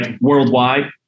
worldwide